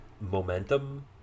momentum